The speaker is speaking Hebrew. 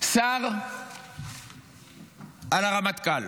על הרמטכ"ל,